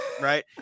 Right